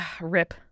Rip